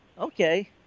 Okay